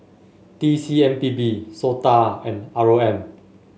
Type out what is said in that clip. T C M P B SOTA and R O M